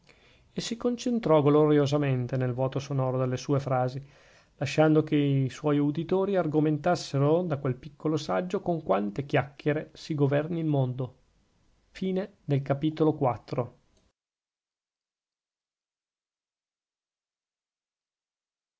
e si concentrò gloriosamente nel vuoto sonoro delle sue frasi lasciando che i suoi uditori argomentassero da quel piccolo saggio con quante chiacchiere si governi il mondo